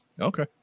Okay